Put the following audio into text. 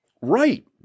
Right